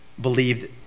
believed